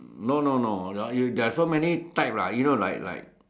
no no no there you there are so many type lah you know like like